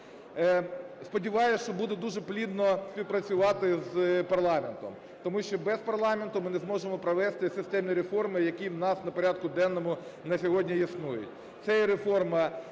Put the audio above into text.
Сподіваюсь, що буду дуже плідно співпрацювати з парламентом, тому що без парламенту ми не зможемо провести системні реформи, які в нас на порядку денному на сьогодні існують. Це і реформа